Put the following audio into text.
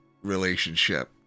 relationship